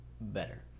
better